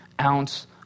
ounce